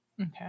Okay